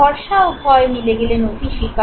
ভরসা ও ভয় মিলে গেলে নতিস্বীকার